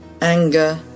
anger